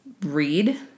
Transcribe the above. read